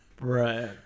Right